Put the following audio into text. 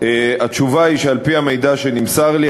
התשובה היא שעל-פי המידע שנמסר לי,